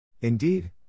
Indeed